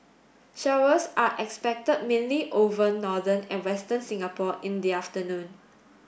showers are expected mainly over northern and western Singapore in the afternoon